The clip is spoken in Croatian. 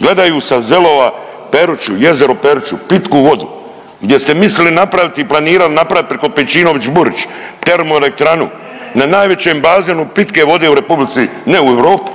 Gledaju sa Zelova Peruću, jezero Peruću pitku vodu gdje ste mislili napraviti i planirali napraviti preko Pejčinović Burić termoelektranu na najvećem bazenu pitke vode u republici, ne u Europi.